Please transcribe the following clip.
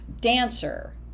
dancer